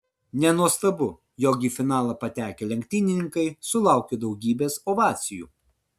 nenuostabu jog į finalą patekę lenktynininkai sulaukė daugybės ovacijų